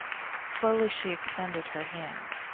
slowly she extended her hand.